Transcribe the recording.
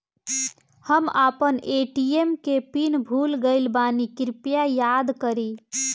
हम आपन ए.टी.एम के पीन भूल गइल बानी कृपया मदद करी